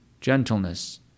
gentleness